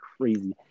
crazy